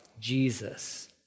Jesus